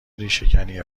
ریشهکنی